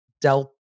Del